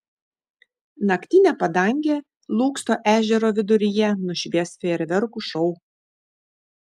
naktinę padangę lūksto ežero viduryje nušvies fejerverkų šou